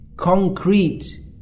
Concrete